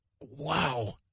wow